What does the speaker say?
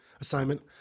assignment